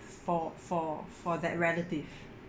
for for for that relative